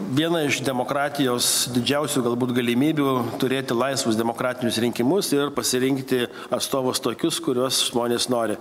viena iš demokratijos didžiausių galbūt galimybių turėti laisvus demokratinius rinkimus ir pasirinkti atstovus tokius kuriuos žmonės nori